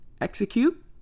Execute